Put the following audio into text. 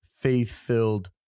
faith-filled